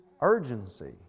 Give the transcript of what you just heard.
urgency